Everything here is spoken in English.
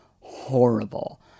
horrible